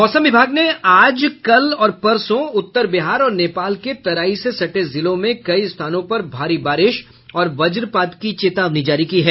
मौसम विभाग ने आज कल और परसों उत्तर बिहार और नेपाल के तराई से सटे जिलों में कई स्थानों पर भारी बारिश और वजपात की चेतावनी जारी की है